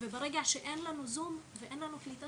ברגע שאין לנו זום ואין לנו קליטה